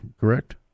correct